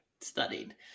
studied